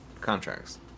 contracts